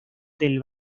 del